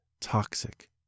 toxic